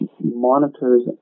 monitors